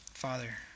Father